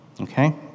Okay